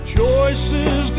Choices